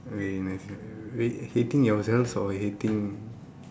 okay next next hating yourself or hating